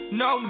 no